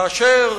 כאשר